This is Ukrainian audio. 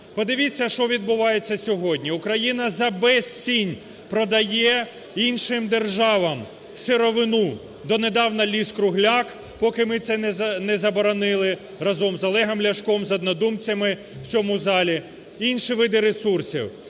Подивіться, що відбувається сьогодні, Україна за безцінь продає іншим державам сировину, донедавна лік-кругляк, поки ми це не заборонили разом з Олегом Ляшком, з однодумцями в цьому залі інші види ресурсів.